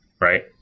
right